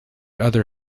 other